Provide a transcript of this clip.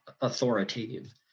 authoritative